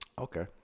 Okay